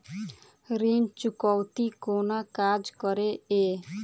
ऋण चुकौती कोना काज करे ये?